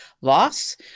loss